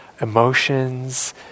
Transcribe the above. emotions